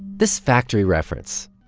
this factory reference,